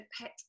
pet